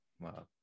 Wow